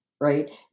right